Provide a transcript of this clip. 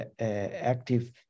active